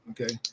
Okay